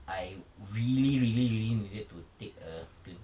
I really really really needed to take a ken~